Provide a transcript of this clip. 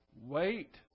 Wait